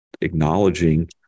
acknowledging